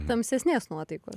tamsesnės nuotaikos